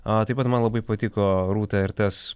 a taip pat man labai patiko rūta ir tas